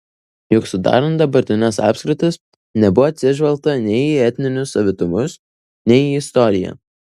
juk sudarant dabartines apskritis nebuvo atsižvelgta nei į etninius savitumus nei į istoriją